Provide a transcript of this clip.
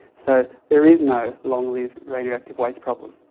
so there is no long-lived radioactive waste problem.